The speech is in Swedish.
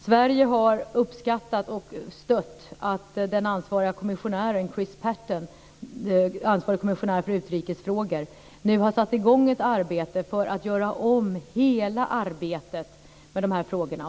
Sverige har uppskattat och stött att den ansvariga kommissionären för utrikesfrågor, Chris Patten, nu har satt i gång ett arbete för att göra om hela arbetet med de här frågorna.